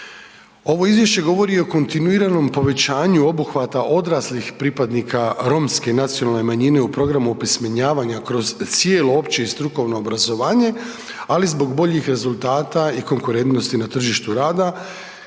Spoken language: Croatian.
Ovo Izvješće govori o kontinuiranom povećanju obuhvata odraslih pripadnika romske nacionalne manjine u programu opismenjavanja kroz cijelo opće i strukovno obrazovanje, ali zbog boljih rezultata i konkurentnosti na tržištu rada